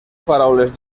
paraules